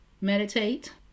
meditate